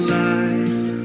light